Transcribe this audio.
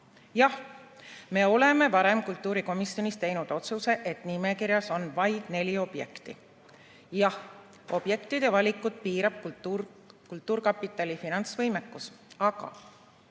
Jah, me oleme varem kultuurikomisjonis teinud otsuse, et nimekirjas on vaid neli objekti. Jah, objektide valikut piirab kultuurkapitali finantsvõimekus. Aga